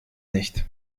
nicht